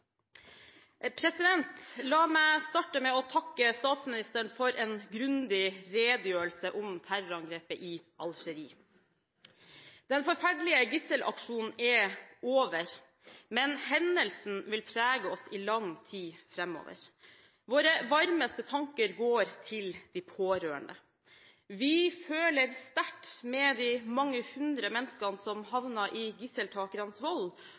La meg starte med å takke statsministeren for en grundig redegjørelse om terrorangrepet i Algerie. Den forferdelige gisselaksjonen er over, men hendelsen vil prege oss i lang tid framover. Våre varmeste tanker går til de pårørende. Vi føler sterkt med de mange hundre menneskene som havnet i gisseltakernes vold,